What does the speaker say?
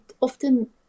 often